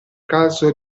caso